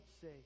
say